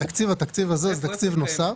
התקציב הזה הוא תקציב נוסף.